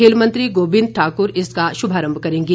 खेल मंत्री गोविंद ठाकुर इसका शुभारंभ करेंगे